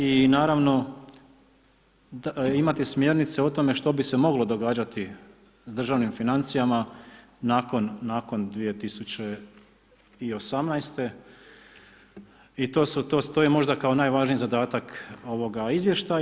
I naravno, imati smjernice o tome, što bi se moglo događati u državnim financijama, nakon 2018. i to je možda kao najvažniji zadatak ovoga izvještaja.